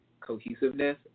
cohesiveness